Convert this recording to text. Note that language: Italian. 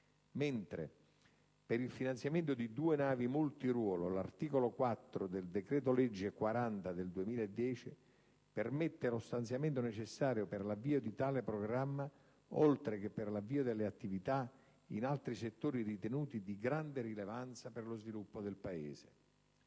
mentre per il finanziamento di due navi multiruolo, l'articolo 4 del decreto-legge n. 40 del 2010 permette lo stanziamento necessario per l'avvio di tale programma oltre che per l'avvio delle attività in altri settori ritenuti di grande rilevanza per lo sviluppo del Paese.